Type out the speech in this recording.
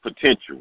potential